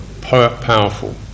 powerful